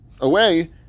away